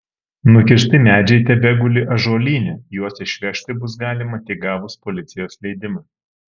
nukirsti medžiai tebeguli ąžuolyne juos išvežti bus galima tik gavus policijos leidimą